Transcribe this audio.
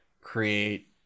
create